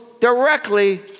directly